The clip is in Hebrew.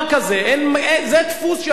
זה דפוס שאני לא מכיר.